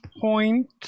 point